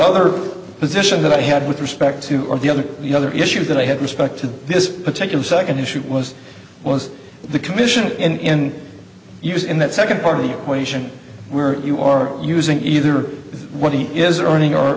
other position that i had with respect to or the other the other issues that i had respect to this particular second issue was was the commission in use in that second part of the question where you are using either what he is earning or